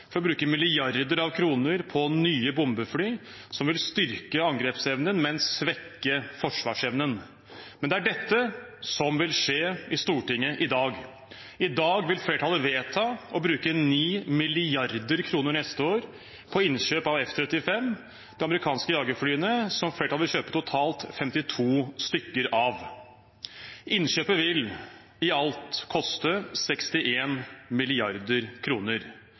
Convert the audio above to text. for å bruke milliarder av kroner på nye bombefly som vil styrke angrepsevnen, men svekke forsvarsevnen. Men det er dette som vil skje i Stortinget i dag. I dag vil flertallet vedta å bruke 9 mrd. kr neste år på innkjøp av F-35, de amerikanske jagerflyene som flertallet vil kjøpe totalt 52 stykker av. Innkjøpet vil i alt koste